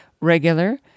regular